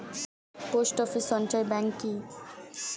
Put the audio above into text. Post office সঞ্চয় bank কি?